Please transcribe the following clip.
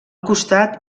costat